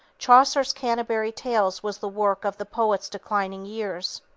chaucer's canterbury tales was the work of the poet's declining years.